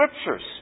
Scriptures